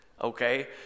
Okay